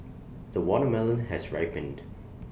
the watermelon has ripened